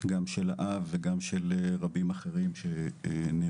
של האב ששמענו ושל משפחות של רבים אחרים שנהרגו.